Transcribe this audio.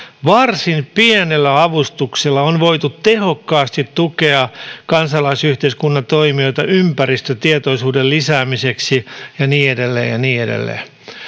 varsin pienellä avustuksella on voitu tehokkaasti tukea kansalaisyhteiskunnan toimijoita ympäristötietoisuuden lisäämiseksi ja niin edelleen ja niin edelleen